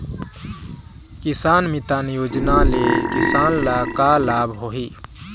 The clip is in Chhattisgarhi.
किसान मितान योजना ले किसान ल का लाभ होही?